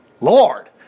Lord